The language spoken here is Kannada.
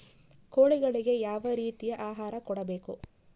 ಕೋಳಿಗಳಿಗೆ ಯಾವ ರೇತಿಯ ಆಹಾರ ಕೊಡಬೇಕು?